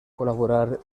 colaborar